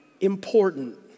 important